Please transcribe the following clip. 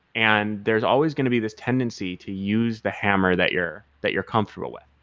and there's always going to be this tendency to use the hammer that you're that you're comfortable with.